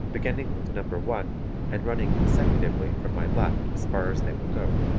beginning with number one and running consecutively from my left as far as they will go.